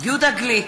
יהודה גליק,